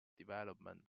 development